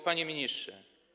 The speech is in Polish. Panie Ministrze!